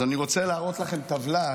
אז אני רוצה להראות לכם טבלה,